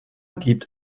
gibt